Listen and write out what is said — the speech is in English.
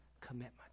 commitment